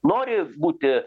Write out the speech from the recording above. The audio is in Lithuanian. nori būti